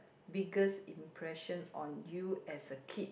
biggest impression on you as a kid